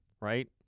right